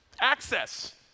Access